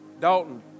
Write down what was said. Dalton